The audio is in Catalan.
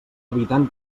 evitant